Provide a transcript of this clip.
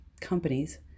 companies